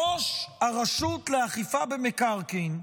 ראש הרשות לאכיפה במקרקעין,